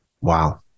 Wow